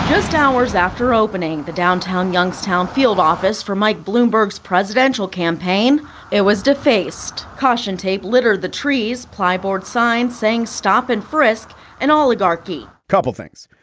just hours after opening the but downtown youngstown field office for mike bloomberg's presidential campaign. it was defaced. caution tape littered the trees, ply board signs saying stop and frisk an oligarchy couple of things.